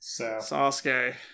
Sasuke